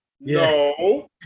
No